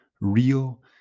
real